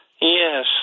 Yes